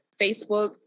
Facebook